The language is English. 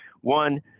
One